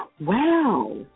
Wow